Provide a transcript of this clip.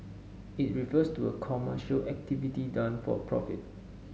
it refers to a commercial activity done for profit